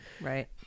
right